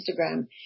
Instagram